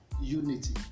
unity